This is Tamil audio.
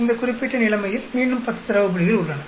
இந்த குறிப்பிட்ட நிலைமையில் மீண்டும் 10 தரவு புள்ளிகள் உள்ளன